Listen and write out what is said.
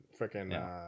freaking